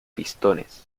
pistones